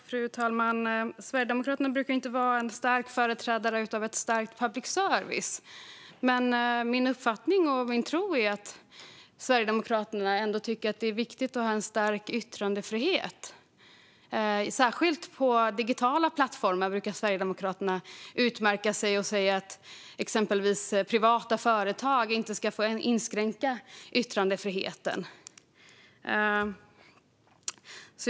Fru talman! Sverigedemokraterna brukar ju inte vara någon stark förespråkare för ett starkt public service. Min uppfattning och min tro är dock att Sverigedemokraterna ändå tycker att det är viktigt med en stark yttrandefrihet. Särskilt på digitala plattformar brukar Sverigedemokraterna utmärka sig genom att säga att exempelvis privata företag inte ska få inskränka yttrandefriheten.